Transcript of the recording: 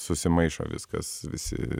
susimaišo viskas visi